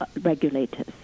regulators